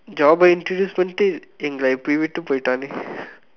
ஜோப:joopa introduce பண்ணிட்டு எங்கள இப்படி விட்டு போயிட்டானே:pannitdu engkala ippadi vitdu pooyitdaanee